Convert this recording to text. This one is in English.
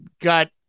got